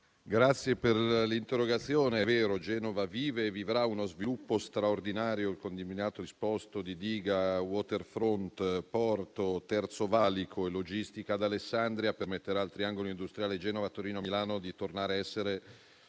Ringrazio per l'interrogazione. È vero, Genova vive e vivrà uno sviluppo straordinario con il combinato disposto di diga, *waterfront*, porto, terzo valico e logistica ad Alessandria: tutto ciò permetterà al triangolo industriale Genova-Torino-Milano di tornare a essere